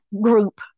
group